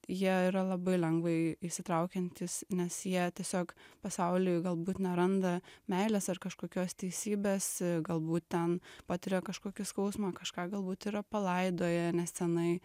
jie yra labai lengvai įsitraukiantys nes jie tiesiog pasauly galbūt neranda meilės ar kažkokios teisybės galbūt ten patiria kažkokį skausmą kažką galbūt yra palaidoję nesenai